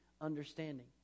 understanding